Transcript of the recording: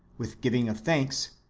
with giving of thanks,